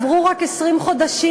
עברו רק 20 חודשים,